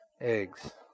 eggs